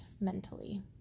mentally